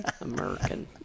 American